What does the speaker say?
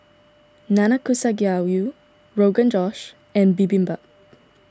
Nanakusa Gayu Rogan Josh and Bibimbap